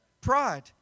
pride